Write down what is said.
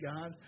God